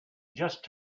just